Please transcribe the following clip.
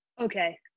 Okay